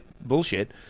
bullshit